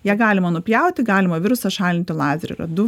ją galima nupjauti galima virusą šalinti lazeriu yra du